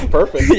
Perfect